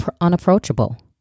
unapproachable